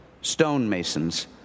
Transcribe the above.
stonemasons